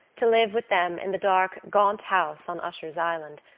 to live with them in the dark, gaunt house on usher's island,